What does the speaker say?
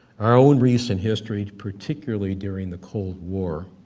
our own recent history particularly during the cold war,